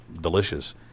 delicious